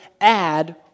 add